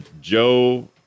Joe